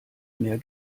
mehr